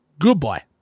Goodbye